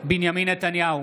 בנימין נתניהו,